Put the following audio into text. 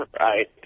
Right